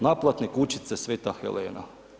Naplatne kućice Sveta Helena.